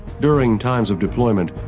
during times of deployment,